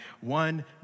one